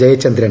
Jayachandran